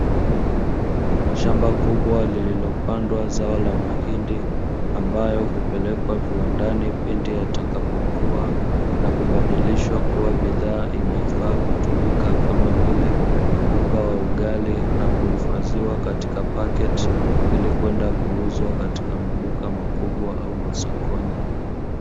Shamba kubwa lililopandwa zao la mahindi, ambayo hupelekwa viwandani pindi yatakapokua na kubadilishwa kuwa bidhaa inayofaa kutumika kama vile unga wa ugali na kuhifadhiwa katika paketi, ili kwenda kuuzwa katika maduka makubwa au masokoni.